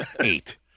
Eight